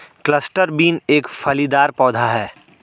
cluster bean एक फलीदार पौधा है